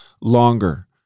longer